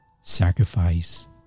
sacrifice